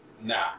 Nah